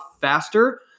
faster